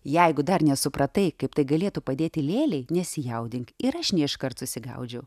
jeigu dar nesupratai kaip tai galėtų padėti lėlei nesijaudink ir aš ne iškart susigaudžiau